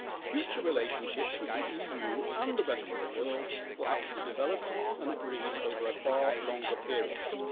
future relationships with the eu and the rest of the world will have to be developed and agreed over a far longer period.